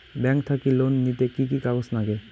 Bank থাকি loan নিতে কি কি কাগজ নাগে?